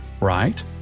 right